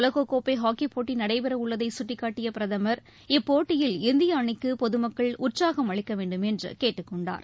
உலகக்கோப்பைஹாக்கிப் போட்டிநடைபெறவுள்ளதைசுடடிக்காட்டியபிரதமர் புவனேஸ்வரில் இப்போட்டியில் இந்தியஅணிக்குபொதுமக்கள் உற்சாகம் அளிக்கவேண்டும் என்றுகேட்டுக் கொண்டார்